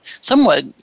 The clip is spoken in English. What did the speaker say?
somewhat